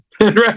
Right